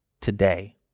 today